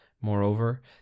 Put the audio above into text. Moreover